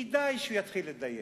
כדאי שהוא יתחיל לדייק.